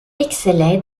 excellait